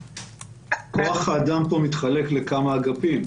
כוח האדם פה מתחלק לכמה אגפים.